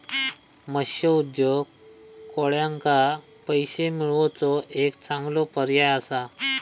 मत्स्य उद्योग कोळ्यांका पैशे मिळवुचो एक चांगलो पर्याय असा